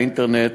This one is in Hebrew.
האינטרנט,